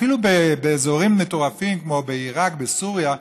אפילו באזורים מטורפים כמו בעיראק, בסוריה,